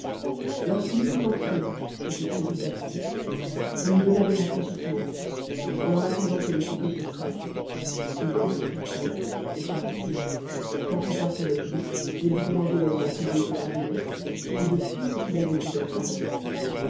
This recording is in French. lorsqu'il y fut entré et qu'il se fnt essis on lui donna des rafralc bissljlg eii ts et en altesadant que le souper fut prêt prudence pilié et charité s'entretioreatave lni des dlifférçuts évènementl qui lui étaient arrivés et de tout ce qu'il avoit vu dans sa wate